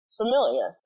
familiar